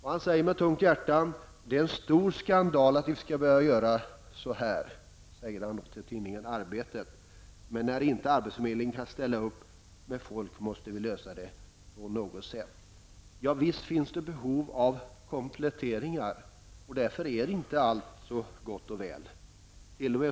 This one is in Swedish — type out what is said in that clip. Han säger med tungt hjärta till tidningen Arbetet: ''Det är en stor skandal att vi ska behöva göra det här, -- När inte arbetsförmedlingen kan ställa upp med folk måste vi lösa det på något sätt.'' Visst finns det behov av kompletteringar. Därför är inte allt så gott och väl.